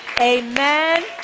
Amen